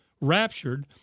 raptured